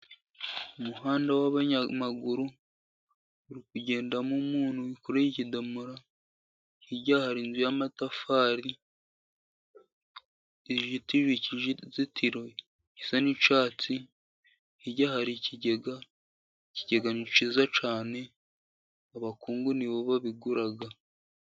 Umuhanda w'abanyamaguru uri kugendamo umuntu wikoreye ikidomora, hirya hari inzu y'amatafari izitije ikizitiro gisa n'icyatsi, hirya hari ikigega, ikigega cyiza cyane, abakungu nibo bibigura.